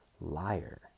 liar